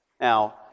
Now